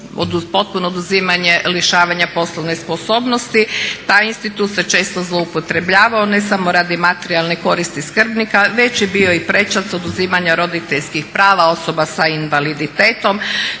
potpuno oduzimanje lišavanja poslovne sposobnosti. Taj institut se često zloupotrebljavao ne samo radi materijalne koristi skrbnika već je bio i prečac oduzimanja roditeljskih prava osoba s invaliditetom.